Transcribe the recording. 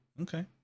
Okay